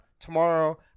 Tomorrow